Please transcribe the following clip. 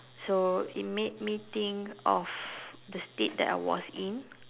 so it made me think of the state that I was in